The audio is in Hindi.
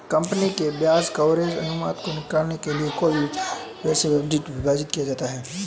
कंपनी के ब्याज कवरेज अनुपात को निकालने के लिए कुल ब्याज व्यय से ईबिट को विभाजित किया जाता है